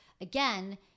again